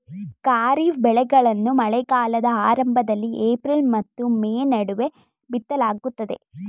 ಖಾರಿಫ್ ಬೆಳೆಗಳನ್ನು ಮಳೆಗಾಲದ ಆರಂಭದಲ್ಲಿ ಏಪ್ರಿಲ್ ಮತ್ತು ಮೇ ನಡುವೆ ಬಿತ್ತಲಾಗುತ್ತದೆ